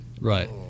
Right